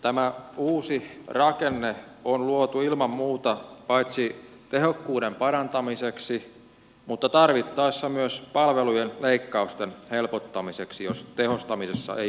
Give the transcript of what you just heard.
tämä uusi rakenne on luotu ilman muuta paitsi tehokkuuden parantamiseksi myös palvelujen leikkausten helpottamiseksi tarvittaessa jos tehostamisessa ei onnistuta